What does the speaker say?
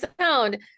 sound